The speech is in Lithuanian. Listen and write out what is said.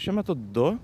šiuo metu du